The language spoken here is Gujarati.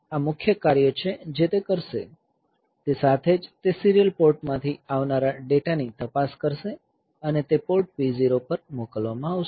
આ મુખ્ય કાર્ય છે જે તે કરશે તે સાથે જ તે સીરીયલ પોર્ટ માંથી આવનારા ડેટાની તપાસ કરશે અને તે પોર્ટ P0 પર મોકલવામાં આવશે